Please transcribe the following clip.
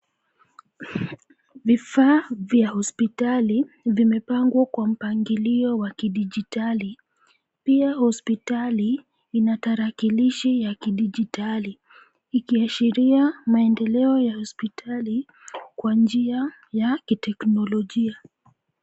Vifaa vya hospitali vimepangwa kwa mpangilio wa kidigitali . Pia hospitali ina tarakilishi ya kidigitali ikiashiria maendeleo ya hospitali kwa njia ya kiteknolojia.